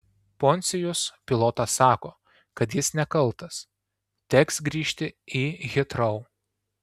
poncijus pilotas sako kad jis nekaltas teks grįžti į hitrou